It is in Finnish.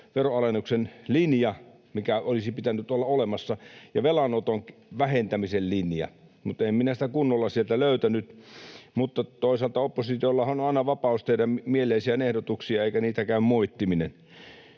veronalennuksen linja, mikä olisi pitänyt olla olemassa, ja velanoton vähentämisen linja, mutta en minä sitä kunnolla sieltä löytänyt. Mutta toisaalta oppositiollahan on aina vapaus tehdä mieleisiään ehdotuksia, eikä niitä käy moittiminen.